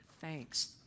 thanks